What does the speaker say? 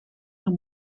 haar